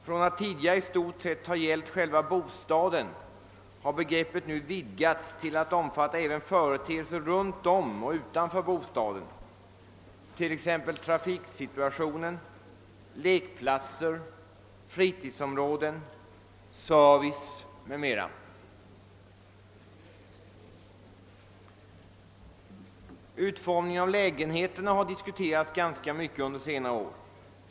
Från att tidigare i stort sett ha gällt själva bostaden har begreppet nu vidgats till att omfatta även företeelser runtom och utanför bostaden, t.ex. trafiksituationen, lekplatser, fritidsområden och service. Utformningen av lägenheterna har diskuterats ganska mycket under senare år.